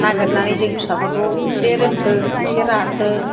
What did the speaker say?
नागेरनानै जों फिसाफोरखौ एसे रोंथों एसे राथों